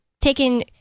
taken